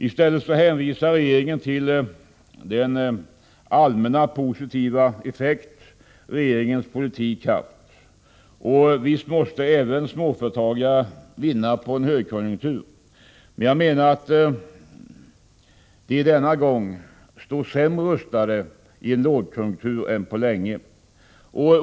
I stället hänvisar regeringen till den allmänna positiva effekt som regeringens politik haft. Och visst måste även småföretagare vinna på en högkonjunktur. Men denna gång står de sämre rustade än på länge i en lågkonjunktur.